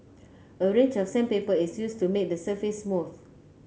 a range of sandpaper is used to make the surface smooth